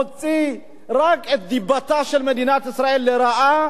מוציא רק את דיבתה של מדינת ישראל רעה,